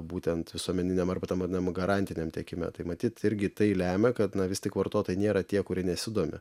būtent visuomeniniam arba tam vadinamam garantiniam tiekime tai matyt irgi tai lemia kad vis tik vartotojai nėra tie kurie nesidomi